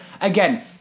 again